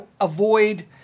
avoid